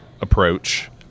approach